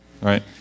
right